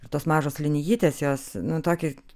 ir tos mažos linijinės jos nu tokį